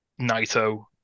Naito